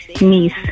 niece